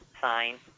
sign